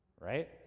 Right